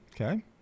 Okay